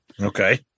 Okay